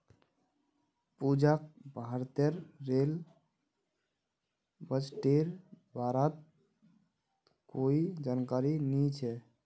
पूजाक भारतेर रेल बजटेर बारेत कोई जानकारी नी छ